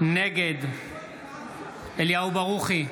נגד אליהו ברוכי,